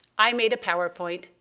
i made a powerpoint,